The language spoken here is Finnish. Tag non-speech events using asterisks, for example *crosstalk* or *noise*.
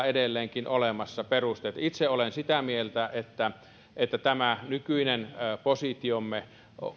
*unintelligible* edelleenkin olemassa perusteet itse olen sitä mieltä että että tämä nykyinen positiomme